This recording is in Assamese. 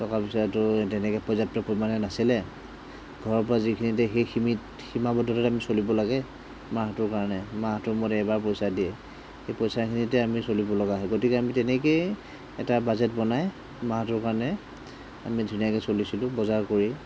টকা পইচাটো তেনেকৈ পৰ্যাপ্ত পৰিমাণে নাছিলে ঘৰৰ পৰা যিখিনি দিয়ে সেইখিনিত সীমাৱদ্ধতাত আমি চলিব লাগে মাহটোৰ কাৰণে মাহটোৰ মূৰত এবাৰ পইচা দিয়ে সেই পইচাখিনিতে আমি চলিব লগা হয় গতিকে আমি তেনেকেই এটা বাজেট বনাই মাহটোৰ কাৰণে আমি ধুনীয়াকৈ চলিছিলোঁ বজাৰ কৰি